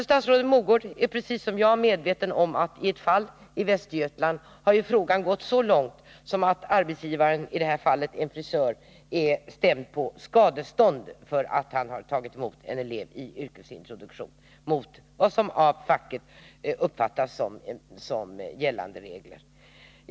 Statsrådet Mogård är, precis som jag, medveten om att frågan i ett fall i Västergötland har gått så långt att arbetsgivare — i det fallet en frisör — blivit stämd på skadestånd därför att han har tagit emot en elev i yrkesintroduktion mot vad som av facket uppfattats som gällande regler.